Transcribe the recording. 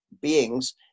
beings